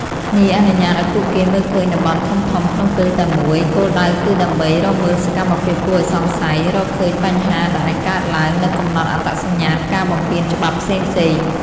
នេះអនុញ្ញាតឱ្យពួកគេមើលឃើញតំបន់ធំៗក្នុងពេលតែមួយ គោលដៅគឺដើម្បី រកមើលសកម្មភាពគួរឱ្យសង្ស័យ រកឃើញបញ្ហាដែលអាចកើតឡើង និងកំណត់អត្តសញ្ញាណការបំពានច្បាប់ផ្សេងៗ